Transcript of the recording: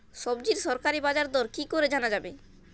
সবজির সরকারি বাজার দর কি করে জানা যাবে?